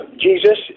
Jesus